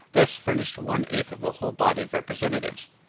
thus furnished one-eighth of the whole body of representatives.